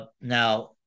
Now